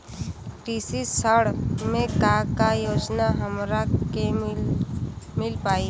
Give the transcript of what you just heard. कृषि ऋण मे का का योजना हमरा के मिल पाई?